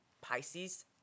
Pisces